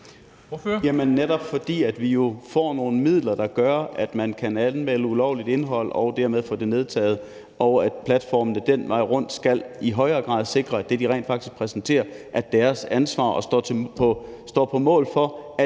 netop fordi vi jo får nogle midler, der gør, at man kan anmelde ulovligt indhold og dermed få det nedtaget, og at platformene den vej rundt i højere grad skal sikre, at det, de rent faktisk